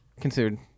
considered